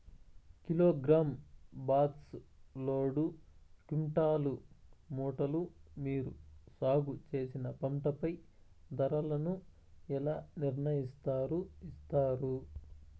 Kilogram, box, load, quintal, మూటలు మీరు సాగు చేసిన పంటపై ధరలను ఎలా నిర్ణయిస్తారు యిస్తారు?